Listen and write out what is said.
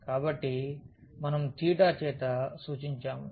కాబట్టి మనం తీటా చేత సూచించాము